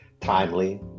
timely